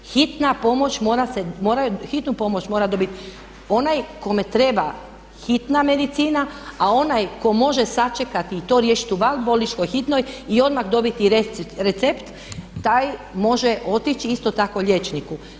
Hitnu pomoć mora dobiti onaj kome treba hitna medicina, a onaj ko može sačekati i to riješiti u van bolničkoj hitnoj i odmah dobiti recept taj može otići isto tako liječniku.